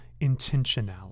intentionality